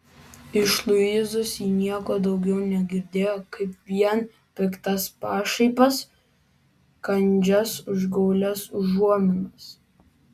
iš luizos ji nieko daugiau negirdėjo kaip vien piktas pašaipas kandžias užgaulias užuominas